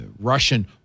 Russian